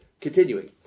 Continuing